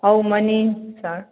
ꯑꯧ ꯃꯥꯅꯤ ꯁꯥꯔ